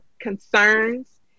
concerns